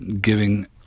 giving